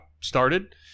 started